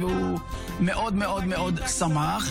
זו כבר פעם שנייה.